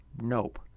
Nope